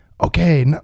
okay